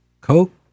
Coke